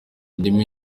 indimi